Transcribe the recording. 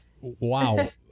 wow